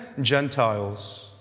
Gentiles